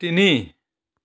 তিনি